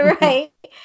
right